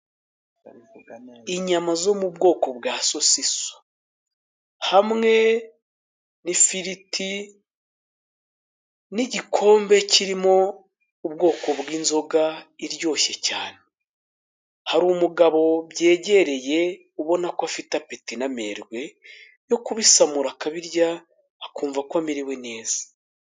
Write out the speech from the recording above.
Inyama zo mu bwoko bwa sosiso. Hamwe n'ifiriti, n'igikombe kirimo ubwoko bw'inzoga iryoshye cyane. Hari umugabo byegereye, ubona ko fite apeti n'amerwe yo kubisamura, akabirya, akumva ko amerewe neza.